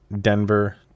Denver